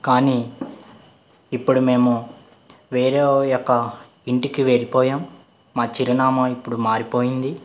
కానీ ఇప్పుడు మేము వేరే యొక్క ఇంటికి వెళ్ళిపోయాం మా చిరునామా ఇప్పుడు మారిపోయింది